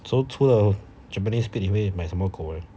so 除了 japanese spitz 你会买什么狗 leh